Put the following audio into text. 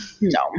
No